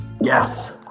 Yes